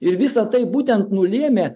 ir visa tai būtent nulėmė